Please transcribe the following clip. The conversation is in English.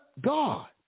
God